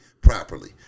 properly